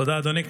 תודה, אדוני.